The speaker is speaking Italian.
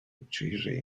uccise